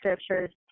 scriptures